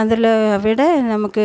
அதில் விட நமக்கு